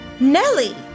Nelly